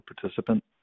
participant